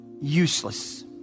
useless